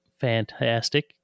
fantastic